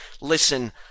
listen